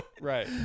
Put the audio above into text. Right